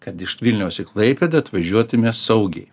kad iš vilniaus į klaipėdą atvažiuotume saugiai